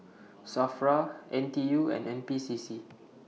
SAFRA N T U and N P C C